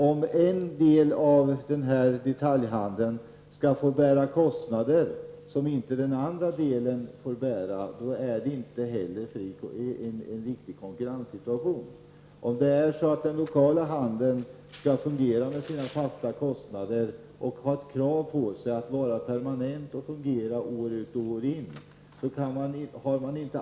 Om en del av detaljhandeln skall bära kostnader som den andra delen inte har, är det inte en riktig konkurrenssituation. Den lokala handeln har sina fasta kostnader och kravet på att den skall fungera permanent år ut och år in.